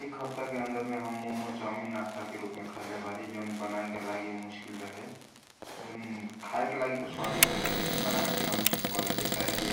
एक हपता के अनवर मे हम मोमो ,चाउमीन नास्ता के रुप मे खैलेबारी जौन बनाए के लागी मुसकील रहे जौन खाए के लागी स्वादिष्ट रहे लेखिन बनाएके खातीर मुसकील परेला काहेकी